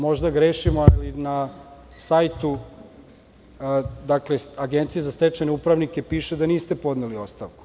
Možda grešimo, ali na sajtu Agencije za stečajne upravnike piše da niste podneli ostavku.